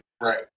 Right